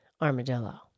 armadillo